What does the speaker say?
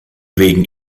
wegen